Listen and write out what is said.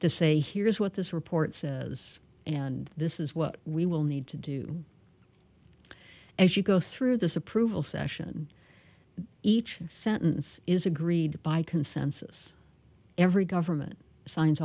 to say here's what this report says and this is what we will need to do as you go through this approval session each sentence is agreed to by consensus every government s